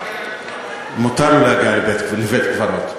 מותר לו להגיע לבית-קברות.